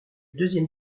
deuxième